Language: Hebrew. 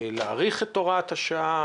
להאריך את הוראת השעה.